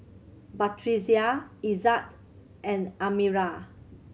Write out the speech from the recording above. Batrisya Izzat and Amirah